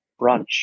brunch